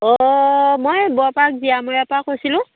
অঁ মই এই বৰপাক জীয়ামূৰীয়াৰপৰা কৈছিলোঁ